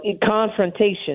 confrontation